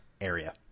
area